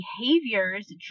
behaviors